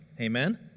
Amen